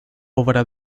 obra